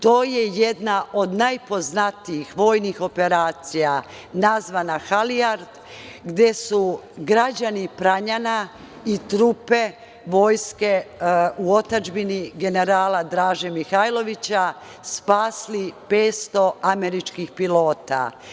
To je jedna od najpoznatijih vojnih operacija nazvana „Halijard“, gde su građani Pranjana i trupe vojske u otadžbini generala Draže Mihajlovića spasili 500 američkih pilota.